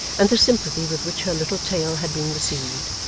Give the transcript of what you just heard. and the sympathy with which her little tale had been received,